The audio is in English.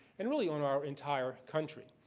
and really on our entire country.